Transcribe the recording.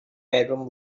bedroom